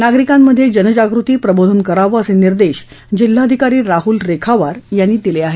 नागरिकांमध्ये जनजागृती प्रबोधन करावे असे निर्देश जिल्हाधिकारी राहूल रेखावार यांनी दिले आहेत